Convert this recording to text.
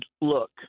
look